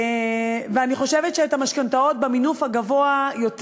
ואני חושבת שאת המשכנתאות במינוף הגבוה יותר,